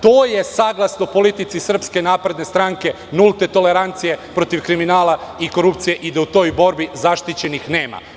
To je saglasno politici SNS, nulte tolerancije protiv kriminala i korupcije i da u toj borbi zaštićenih nema.